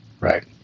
right